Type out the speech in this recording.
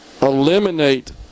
Eliminate